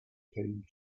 time